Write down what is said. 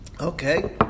Okay